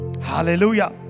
hallelujah